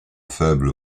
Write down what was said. faible